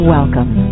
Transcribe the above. Welcome